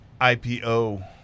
IPO